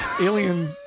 alien